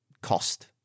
cost